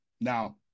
Now